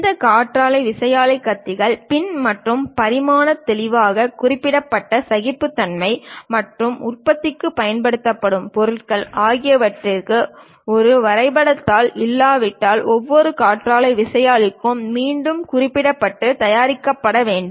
இந்த காற்றாலை விசையாழி கத்திகள் பின் மற்றும் பரிமாணங்கள் தெளிவாகக் குறிப்பிடப்பட்ட சகிப்புத்தன்மை மற்றும் உற்பத்திக்கு பயன்படுத்தப்படும் பொருட்கள் ஆகியவற்றிற்கு ஒரு வரைபடத் தாள் இல்லாவிட்டால் ஒவ்வொரு காற்றாலை விசையாழிகளும் மீண்டும் குறிப்பிடப்பட்டு தயாரிக்கப்பட வேண்டும்